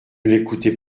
l’écoutez